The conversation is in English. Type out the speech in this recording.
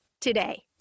today